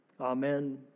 Amen